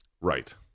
Right